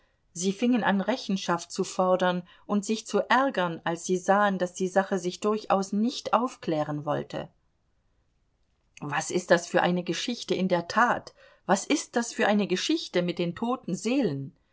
sie fingen an rechenschaft zu fordern und sich zu ärgern als sie sahen daß die sache sich durchaus nicht aufklären wollte was ist das für eine geschichte in der tat was ist das für eine geschichte mit den toten seelen